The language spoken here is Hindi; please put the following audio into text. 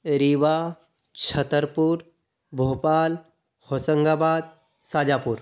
रीवा छतरपुर भोपाल होशंगाबाद शाहजहाँपुर